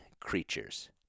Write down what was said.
creatures